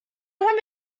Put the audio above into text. haben